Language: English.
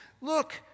look